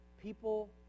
people